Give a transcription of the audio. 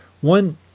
One